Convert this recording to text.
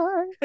Bye